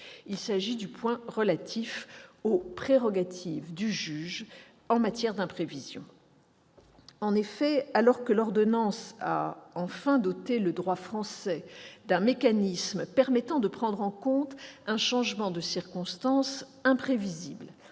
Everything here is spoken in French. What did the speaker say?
il s'agit des prérogatives du juge en matière d'imprévision. En effet, alors que l'ordonnance a enfin doté le droit français d'un mécanisme permettant de prendre en compte un changement de circonstances imprévisible